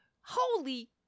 Holy